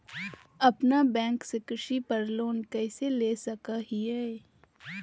अपना बैंक से कृषि पर लोन कैसे ले सकअ हियई?